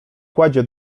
kładzie